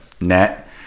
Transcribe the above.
net